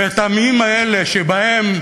בימים האלה שבהם